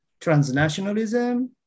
transnationalism